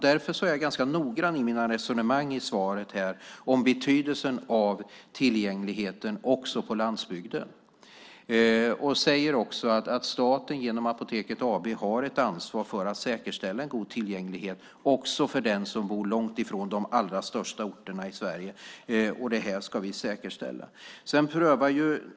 Därför är jag ganska noggrann i mina resonemang i svaret om betydelsen av tillgänglighet också på landsbygden och säger också att staten genom Apoteket AB har ett ansvar för att säkerställa god tillgänglighet också för den som bor långt ifrån de allra största orterna i Sverige, och det här ska vi säkerställa.